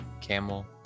camel